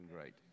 great